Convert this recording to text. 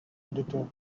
editor